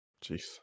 Jeez